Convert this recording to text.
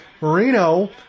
Marino